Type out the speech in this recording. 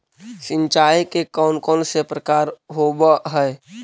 सिंचाई के कौन कौन से प्रकार होब्है?